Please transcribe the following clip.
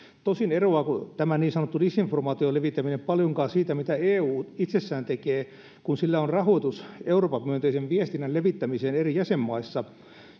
tosin eroaako tämä niin sanottu disinformaation levittäminen paljonkaan siitä mitä eu itsessään tekee kun sillä on rahoitus eurooppa myönteisen viestinnän levittämiseen eri jäsenmaissa